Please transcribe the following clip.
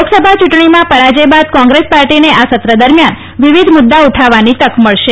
લોકસભા ચૂંટણીમાં પરાજય બાદ કોંગ્રેસ પાર્ટીને આ સત્ર દરમિયાન વિવિધ મુદ્દા ઉઠાવવાની તક મળશે